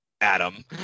Adam